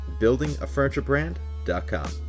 buildingafurniturebrand.com